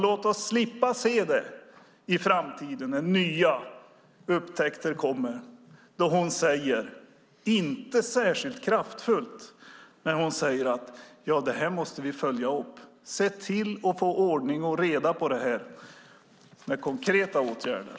Låt oss slippa se i framtiden när nya upptäckter kommer att hon inte särskilt kraftfullt säger: Det här måste vi följa upp. Se till att få ordning och reda på detta med konkreta åtgärder!